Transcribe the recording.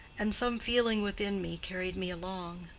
and some feeling within me carried me along.